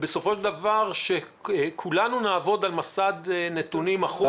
ובסופו של דבר כולנו נעבוד על מסד נתונים אחוד,